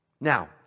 Now